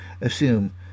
assume